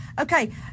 Okay